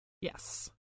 Yes